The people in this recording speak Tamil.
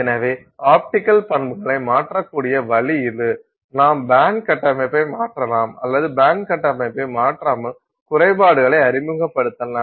எனவே ஆப்டிக்கல் பண்புகளை மாற்றக்கூடிய வழி இது நாம் பேண்ட் கட்டமைப்பை மாற்றலாம் அல்லது பேண்ட் கட்டமைப்பை மாற்றாமல் குறைபாடுகளை அறிமுகப்படுத்தலாம்